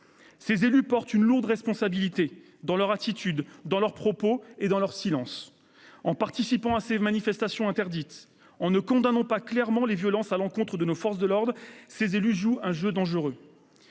Ces élus portent une lourde responsabilité, par leur attitude, leurs propos et leur silence. Des noms ! En participant à ces manifestations interdites, en ne condamnant pas clairement les violences à l'encontre de nos forces de l'ordre, ces élus jouent un jeu dangereux.